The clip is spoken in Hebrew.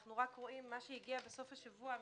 אנחנו רואים מה שהגיע בסוף השבוע מאורנית.